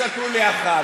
אל תצעקו לי "אחת".